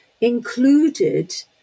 included